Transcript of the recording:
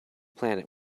planet